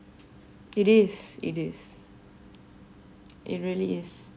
it is it is it really is